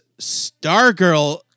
Stargirl